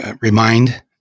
remind